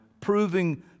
proving